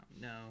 no